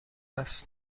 است